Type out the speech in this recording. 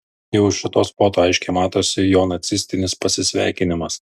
jau iš šitos foto aiškiai matosi jo nacistinis pasisveikinimas